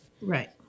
Right